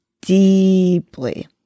deeply